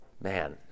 Man